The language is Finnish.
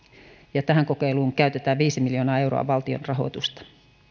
ja tähän kokeiluun käytetään viisi miljoonaa euroa valtion rahoitusta